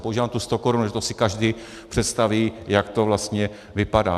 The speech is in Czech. Používám tu stokorunu, to si každý představí, jak to vlastně vypadá.